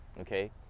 Okay